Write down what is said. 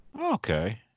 okay